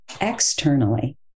externally